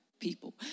people